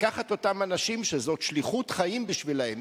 ולקחת את אותם אנשים שזאת שליחות חיים בשבילם.